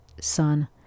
son